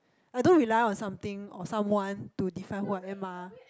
I don't rely on something or some one to define who I am mah